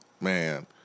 man